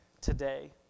today